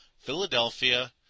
Philadelphia